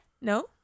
No